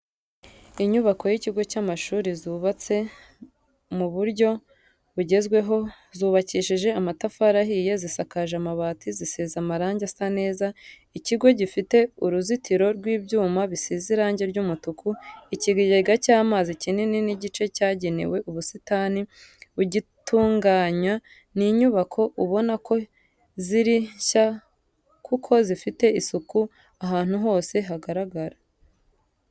Inyubako y'ikigo cy'amashuri zubatse mu buryo bugezweho zubakishije amatafari ahiye zisakaje amabati zisize amarange asa neza, ikigo gifite uruzitiro rw'ibyuma bisize irangi ry'umutuku, ikigega cy'amazi kinini n'igice cyagenewe ubusitani bugitunganywa. Ni inyubako ubona ko zikiri nshya kuko zifite isuku ahantu hose hagaragara.